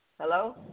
Hello